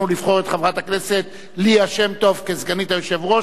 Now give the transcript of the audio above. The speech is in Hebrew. לבחור את חברת הכנסת ליה שמטוב כסגנית היושב-ראש,